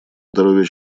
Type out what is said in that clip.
здоровье